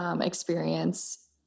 experience